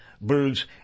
birds